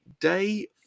day